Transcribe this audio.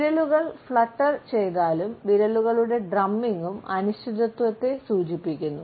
വിരലുകൾ ഫ്ലറ്റർ ചെയ്താലും വിരലുകളുടെ ഡ്രമ്മിംഗും അനിശ്ചിതത്വത്തെ സൂചിപ്പിക്കുന്നു